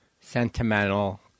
sentimental